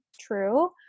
true